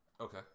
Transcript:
Okay